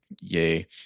Yay